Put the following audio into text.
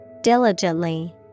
Diligently